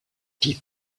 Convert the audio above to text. die